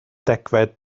degfed